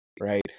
right